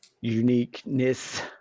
Uniqueness